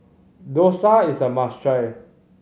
dosa is a must try